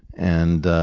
and